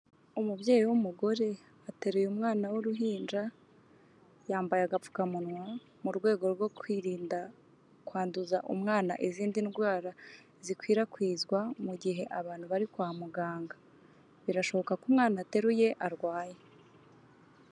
Umubyeyi w'umugore ateruye umwana w'uruhinja, yambaye agapfukamunwa, mu rwego rwo kwirinda kwanduza umwana izindi ndwara zikwirakwizwa mu gihe abantu bari kwa muganga, birashoboka ko umwana ateruye arwaye.